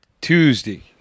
Tuesday